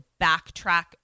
backtrack